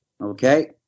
Okay